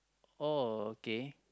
oh okay